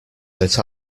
that